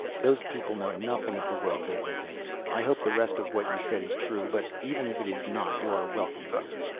those people know nothing of the world they live in. i hope the rest of what you said is true, but even if it is not, you are welcome here.